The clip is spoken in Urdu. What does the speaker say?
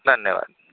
دھنیہ واد